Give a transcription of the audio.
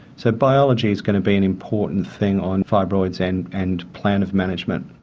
so biology is going to be an important thing on fibroids and and plan of management.